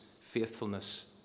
faithfulness